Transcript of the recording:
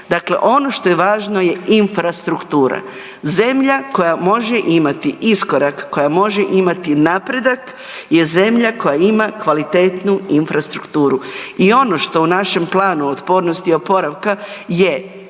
Dakle, ono što je važno je infrastruktura. Zemlja koja može imati iskorak, koja može imati napredak je zemlja koja ima kvalitetnu infrastrukturu i ono što u našem planu otpornosti i oporavka je